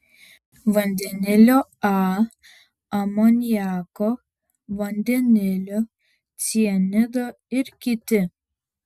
vandenilio a amoniako vandenilio cianido ir kiti